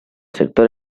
sector